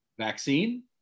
vaccine